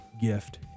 gift